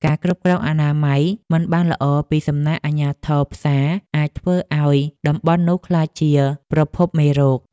ការគ្រប់គ្រងអនាម័យមិនបានល្អពីសំណាក់អាជ្ញាធរផ្សារអាចធ្វើឱ្យតំបន់នោះក្លាយជាប្រភពមេរោគ។